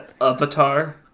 Avatar